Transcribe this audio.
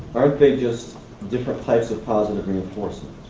aren't they just different types of positive reinforcement?